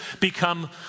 become